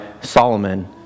Solomon